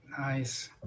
Nice